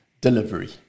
delivery